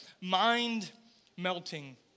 mind-melting